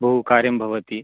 बहुकार्यं भवति